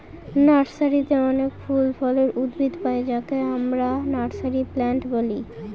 নার্সারিতে অনেক ফল ফুলের উদ্ভিদ পাই যাকে আমরা নার্সারি প্লান্ট বলি